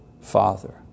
Father